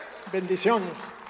Bendiciones